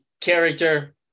character